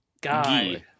Guy